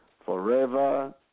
Forever